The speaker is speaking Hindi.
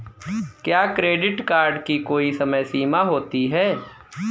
क्या क्रेडिट कार्ड की कोई समय सीमा होती है?